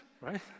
right